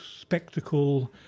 spectacle